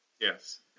Yes